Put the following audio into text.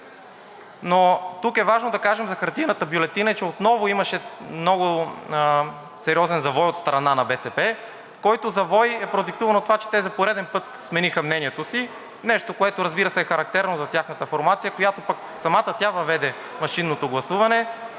Тук е важно да кажем за хартиената бюлетина, че отново имаше много сериозен завой от страна на БСП, който завой е продиктуван от това, че те за пореден път смениха мнението си – нещо, което, разбира се, е характерно за тяхната формация, а пък самата тя въведе машинното гласуване.